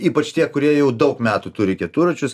ypač tie kurie jau daug metų turi keturračius